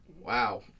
wow